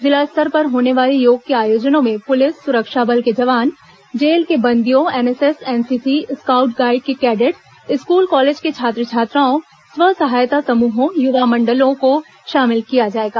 जिला स्तर पर होने वाले योग के आयोजनों में पुलिस सुरक्षा बल के जवान जेल के बंदियों एनएसएस एनसीसी स्कॉउड गाईड के कैडेट स्कूल कॉलेज के छात्र छात्राओं स्व सहायता समूहों युवा मण्डलों को शामिल किया जाएगा